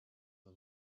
the